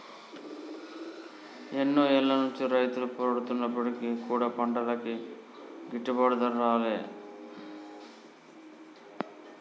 ఎన్నో ఏళ్ల నుంచి రైతులు పోరాడుతున్నప్పటికీ కూడా పంటలకి గిట్టుబాటు ధర రాలే